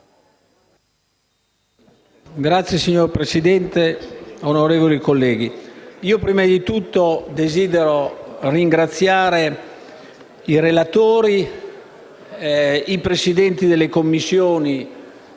*(PD)*. Signor Presidente, onorevoli colleghi, prima di tutto desidero ringraziare i relatori, i Presidenti delle Commissioni